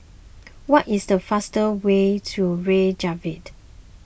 what is the fastest way to Reykjavik